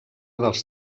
dels